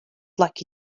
lucky